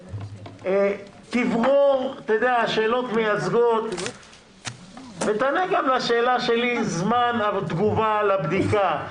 תברור שאלות מייצגות ותענה גם לשאלה שלי על זמן התגובה לבדיקה.